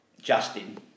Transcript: Justin